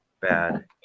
bad